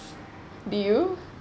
did you